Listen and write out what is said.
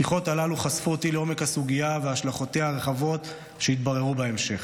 השיחות הללו חשפו אותי לעומק הסוגיה והשלכותיה הרחבות שהתבררו בהמשך.